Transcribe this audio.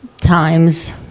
times